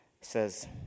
says